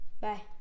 Bye